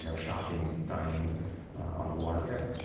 you know shopping, dining on the waterfront.